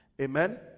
amen